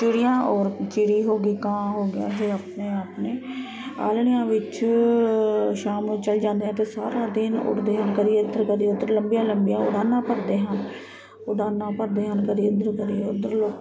ਚਿੜੀਆਂ ਔਰ ਚਿੜੀ ਹੋ ਗਈ ਕਾਂ ਹੋ ਗਿਆ ਜੇ ਆਪਣੇ ਆਪਣੇ ਆਲ੍ਹਣਿਆਂ ਵਿੱਚ ਸ਼ਾਮ ਨੂੰ ਚਲ ਜਾਂਦੇ ਹਨ ਅਤੇ ਸਾਰਾ ਦਿਨ ਉੱਡਦੇ ਹਨ ਕਦੀ ਇੱਧਰ ਕਦੇ ਉੱਧਰ ਲੰਬੀਆਂ ਲੰਬੀਆਂ ਉਡਾਨਾਂ ਭਰਦੇ ਹਨ ਉਡਾਨਾਂ ਭਰਦੇ ਹਨ ਕਦੇ ਇੱਧਰ ਕਦੀ ਉੱਧਰ ਲੋ